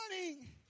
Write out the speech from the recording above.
running